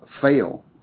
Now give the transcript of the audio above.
fail